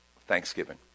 Thanksgiving